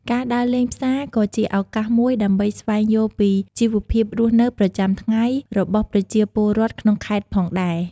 ការដើរលេងផ្សារក៏ជាឱកាសមួយដើម្បីស្វែងយល់ពីជីវភាពរស់នៅប្រចាំថ្ងៃរបស់ប្រជាពលរដ្ឋក្នុងខេត្តផងដែរ។